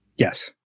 Yes